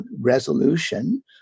Resolution